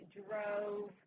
drove